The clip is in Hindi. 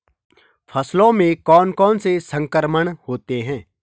फसलों में कौन कौन से संक्रमण होते हैं?